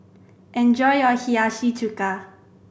enjoy your Hiyashi Chuka